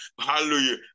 Hallelujah